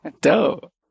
Dope